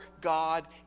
God